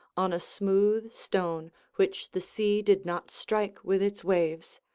on a smooth stone, which the sea did not strike with its waves,